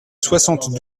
soixante